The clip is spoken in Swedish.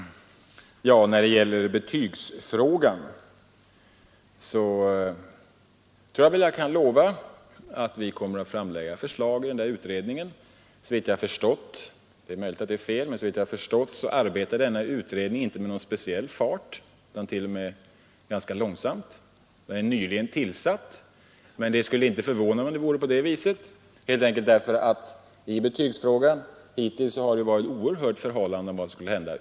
När det gäller betygsfrågan tror jag att jag kan lova att vi kommer att framlägga förslag i utredningen. Såvitt jag har förstått — det är möjligt att det är fel — arbetar denna utredning inte med någon speciell fart utan t.o.m. ganska långsamt. Den är nyligen tillsatt, men det skulle inte förvåna mig om det vore på det viset, helt enkelt därför att i betygsfrågan har det hittills varit ett oerhört förhalande av vad som borde göras.